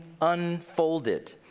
unfolded